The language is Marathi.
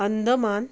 अंदमान